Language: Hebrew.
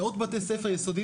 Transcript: מאות בתי ספר יסודיים,